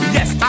Yes